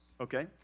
Okay